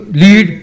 lead